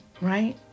Right